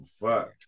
Fuck